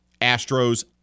Astros